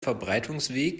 verbreitungsweg